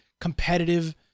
competitive